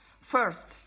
First